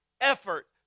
effort